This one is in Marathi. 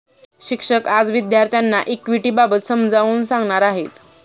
शिक्षक आज विद्यार्थ्यांना इक्विटिबाबत समजावून सांगणार आहेत